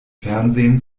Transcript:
fernsehen